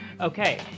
Okay